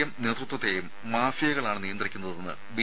M നേതൃത്വത്തെയും മാഫിയകളാണ് നിയന്ത്രിക്കുന്നതെന്ന് ബി